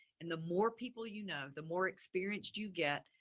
and the more people you know, the more experienced you get,